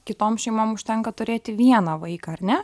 kitom šeimom užtenka turėti vieną vaiką ar ne